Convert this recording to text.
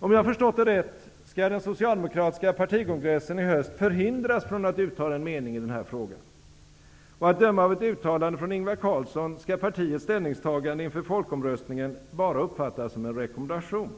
Om jag förstått det rätt, skall den socialdemokratiska partikongressen i höst förhindras från att uttala en mening i frågan. Och att döma av ett uttalande från Ingvar Carlsson skall partiets ställningstagande inför folkomröstningen bara uppfattas som en rekommendation.